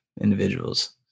individuals